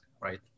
right